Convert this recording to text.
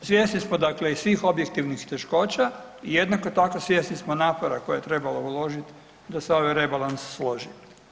Svjesni smo dakle i svih objektivnih teškoća i jednako tako svjesni smo napora koje je trebalo uložiti da se ovaj rebalans složi.